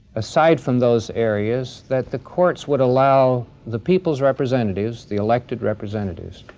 aside from those areas, that the courts would allow the people's representatives, the elected representatives,